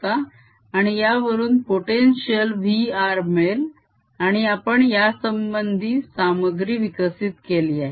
आणि यावरून potential v r मिळेल आणि आपण यासंबंधित सामग्री विकसित केली आहे